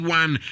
one